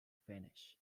finish